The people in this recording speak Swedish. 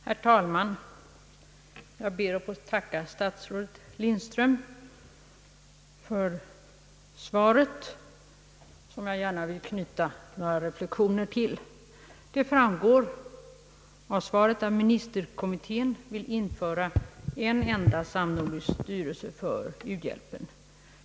Herr talman! Jag ber att få tacka statsrådet Lindström för svaret, som jag gärna vill knyta några reflexioner till. Det framgår av svaret att ministerkommittén vill införa en enda samnordisk styrelse för u-hjälpen.